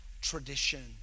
tradition